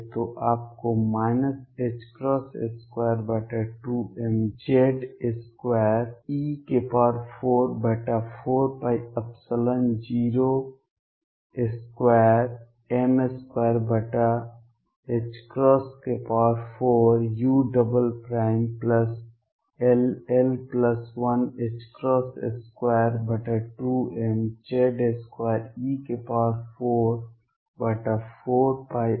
तो आपको 22mZ2e44π02m24ull122mZ2e44π02m24ux2 Ze24π0Ze2m4π021xu